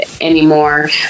anymore